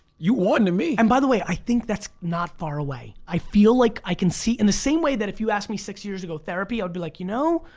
you won to me. and by the way i think that's not far away. i feel like i can see in the same way that if you asked me six years ago, therapy, i'd be like you know.